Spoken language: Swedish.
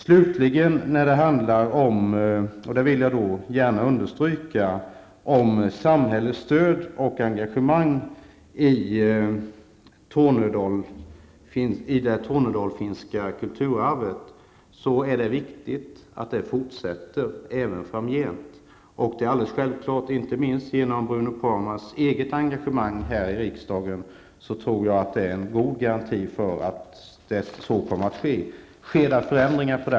Jag vill gärna understryka att det är viktigt att samhällets stöd till och engagemang för det tornedalsfinska kulturarvet fortsätter även framgent. Inte minst Bruno Poromaas eget engagemang här i riksdagen är en god garanti för att så kommer att ske.